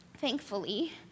Thankfully